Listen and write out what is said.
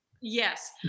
Yes